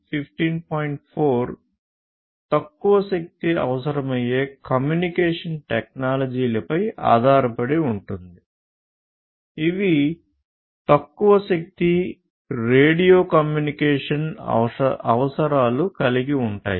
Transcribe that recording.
4 తక్కువ శక్తి అవసరమయ్యే కమ్యూనికేషన్ టెక్నాలజీలపై ఆధారపడి ఉంటుంది ఇవి తక్కువ శక్తి రేడియో కమ్యూనికేషన్ అవసరాలు కలిగి ఉంటాయి